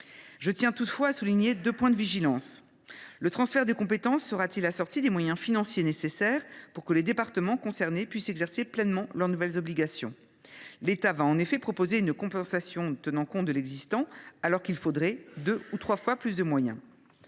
Je tiens toutefois à souligner deux points de vigilance. Le transfert de compétence sera t il assorti des moyens financiers nécessaires pour que les départements concernés puissent exercer pleinement leurs nouvelles obligations ? L’État proposera en effet une compensation tenant compte de l’existant, alors qu’il faudrait doubler, voire tripler les moyens.